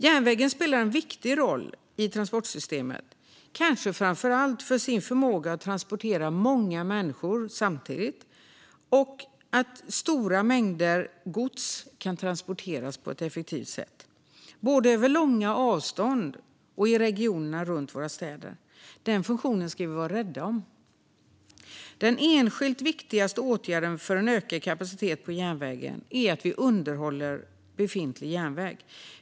Järnvägen spelar en viktig roll i transportsystemet, kanske framför allt för sin förmåga att transportera många människor samtidigt och stora mängder gods på ett effektivt sätt, både över långa avstånd och i regionerna runt våra städer. Den funktionen ska vi vara rädda om. Den enskilt viktigaste åtgärden för en ökad kapacitet på järnvägen är att vi underhåller befintlig järnväg.